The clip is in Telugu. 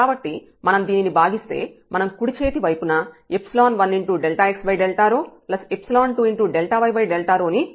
కాబట్టి మనం దీనిని భాగిస్తే మనం కుడి చేతి వైపు న 1x2y ని పొందుతాము